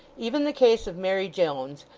even the case of mary jones,